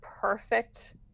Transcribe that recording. perfect